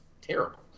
terrible